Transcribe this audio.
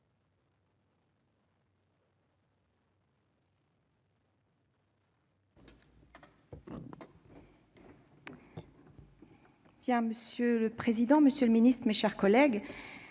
Monsieur le président, monsieur le ministre, mes chers collègues,